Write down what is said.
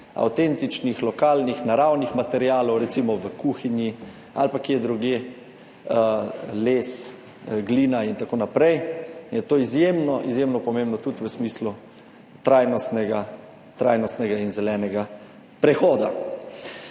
avtentičnih, lokalnih, naravnih materialov, recimo v kuhinji ali pa kje drugje, les, glina in tako naprej, in je to izjemno, izjemno pomembno tudi v smislu trajnostnega in zelenega prehoda.